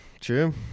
true